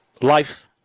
life